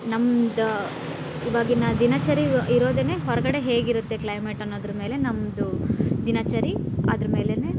ನಮ್ದು ಇವಾಗಿನ ದಿನಚರಿ ಇರೋದೇನೆ ಹೊರಗಡೆ ಹೇಗಿರುತ್ತೆ ಕ್ಲೈಮೇಟ್ ಅನ್ನೋದ್ರಮೇಲೆ ನಮ್ಮದು ದಿನಚರಿ ಅದ್ರಮೇಲೇನೇ